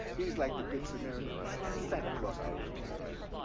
he's like the good samaritan and santa claus to those kids.